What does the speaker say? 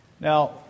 Now